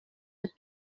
mit